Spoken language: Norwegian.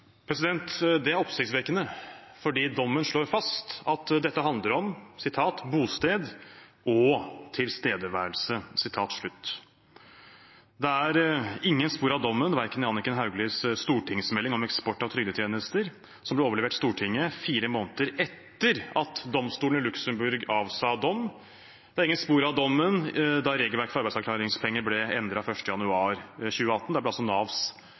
Det er oppsiktsvekkende, fordi dommen slår fast at dette handler om «bosted og tilstedeværelse». Det var ingen spor av dommen i Anniken Hauglies stortingsmelding om eksport av trygdetjenester, som ble overlevert Stortinget fire måneder etter at domstolen i Luxembourg avsa dom. Det var ingen spor av dommen da regelverket for arbeidsavklaringspenger ble endret 1. januar 2018; da ble Navs